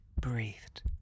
breathed